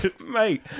Mate